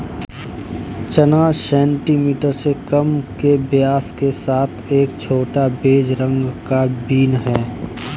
चना सेंटीमीटर से कम के व्यास के साथ एक छोटा, बेज रंग का बीन है